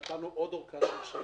ונתנו עוד הארכה של שנה.